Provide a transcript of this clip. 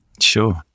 Sure